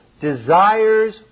desires